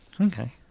Okay